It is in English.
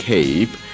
Cape